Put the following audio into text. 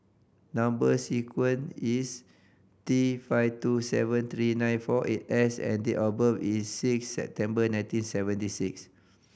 number sequence is T five two seven three nine four eight S and date of birth is six September nineteen seventy six